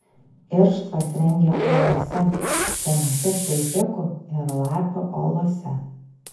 irštvas rengia uolose senose švilpikų ir lapių olose